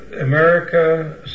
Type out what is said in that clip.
America